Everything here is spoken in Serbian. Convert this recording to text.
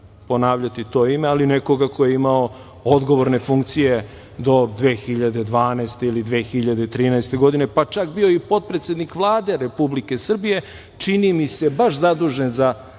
ponavljati to ime, ali neko ko je imao odgovorne funkcije do 2012. ili 2013. godine, pa čak bio i potprednik Vlade Republike Srbije, čini mi se baš zadužen za